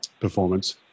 performance